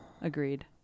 agreed